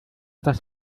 das